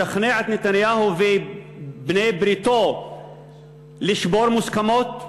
לשכנע את נתניהו ובעלי-בריתו לשבור מוסכמות?